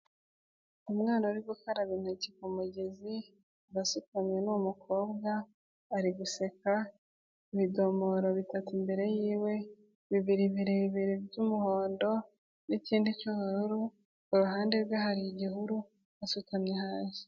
Umwana uri gukaraba intoki ku mugezi arasutamye, ni umukobwa, ari guseka, ibidomoro bitatu imbere yiwe, bibiri birebire by'umuhondo n'ikindi cy'ubururu, iruhande rwe hari igihuru, asutamye hasi.